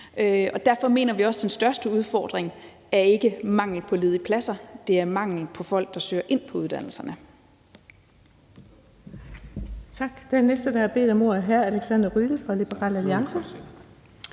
Derfor mener vi også, at den største udfordring ikke er mangel på ledige pladser; det er mangel på folk, der søger ind på uddannelserne.